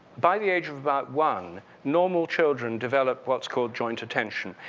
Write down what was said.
by the age of about one, normal children develop what's called joint attention.